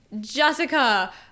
Jessica